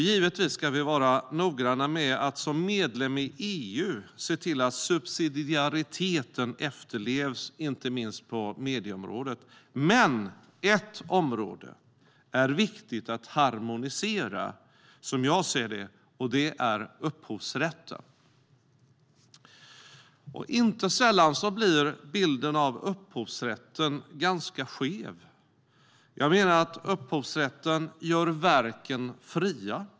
Givetvis ska vi vara noggranna med att som medlem i EU se till att subsidiariteten efterlevs, inte minst på medieområdet. Men ett område är viktigt att harmonisera, som jag ser det, och det är upphovsrätten. Inte sällan blir bilden av upphovsrätten ganska skev. Jag menar att upphovsrätten gör verken fria.